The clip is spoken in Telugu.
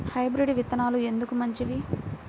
హైబ్రిడ్ విత్తనాలు ఎందుకు మంచివి?